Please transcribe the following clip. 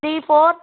three four